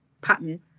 pattern